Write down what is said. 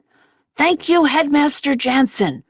thank you, headmaster jansen,